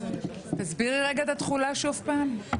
תסבירי רגע את התחולה שוב פעם.